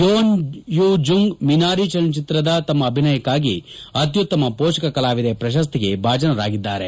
ಯೋನ್ Yuh Jung Minari ಚಲನಚಿತ್ರದ ತಮ್ನ ಅಭಿನಯಕ್ಕಾಗಿ ಅತ್ಯತ್ತಮ ಪೋಷಕ ಕಲಾವಿದೆ ಪ್ರಶಸ್ತಿಗೆ ಭಾಜನರಾಗಿದ್ದಾರೆ